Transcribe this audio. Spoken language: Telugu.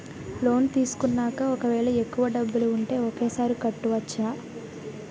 లోన్ తీసుకున్నాక ఒకవేళ ఎక్కువ డబ్బులు ఉంటే ఒకేసారి కట్టవచ్చున?